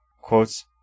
quotes